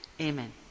Amen